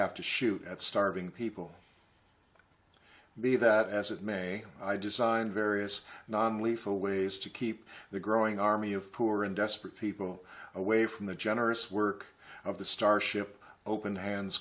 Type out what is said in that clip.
have to shoot at starving people be that as it may i designed various non lethal ways to keep the growing army of poor and desperate people away from the generous work of the starship open hands